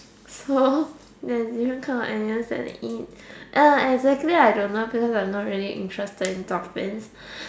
so there's different kinds of animals that they eat ex~exactly I don't know cause I'm not really interested in dolphins